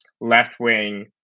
left-wing